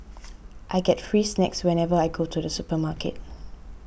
I get free snacks whenever I go to the supermarket